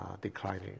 declining